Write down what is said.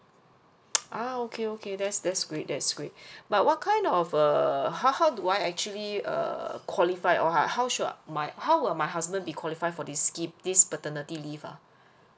ah okay okay that's that's great that's great but what kind of err how how do I actually err qualify or like how should my how will my husband be qualified for this scheme this paternity leave ah